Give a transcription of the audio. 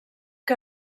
que